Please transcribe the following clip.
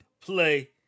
play